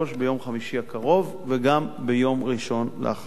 ביום חמישי הקרוב וגם ביום ראשון שאחריו.